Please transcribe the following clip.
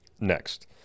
next